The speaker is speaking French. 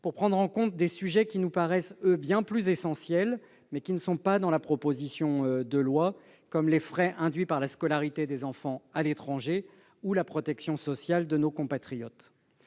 à prendre en compte certains sujets, qui nous paraissent bien plus essentiels, mais qui ne figurent pas dans ce texte, comme les frais induits par la scolarité des enfants à l'étranger ou encore la protection sociale de nos compatriotes.